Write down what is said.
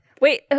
Wait